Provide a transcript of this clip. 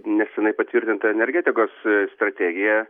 neseniai patvirtinta energetikos strategija